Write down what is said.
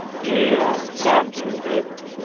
the softer your paper.